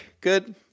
good